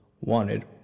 wanted